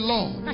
Lord